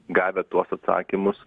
gavę tuos atsakymus